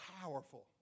powerful